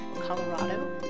Colorado